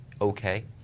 okay